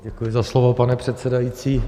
Děkuji za slovo, pane předsedající.